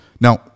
Now